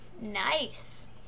Nice